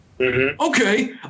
Okay